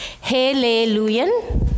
Hallelujah